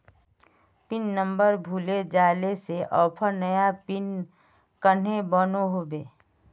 Pin number भूले जाले से ऑफर नया पिन कन्हे बनो होबे?